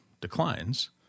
Declines